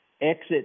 exit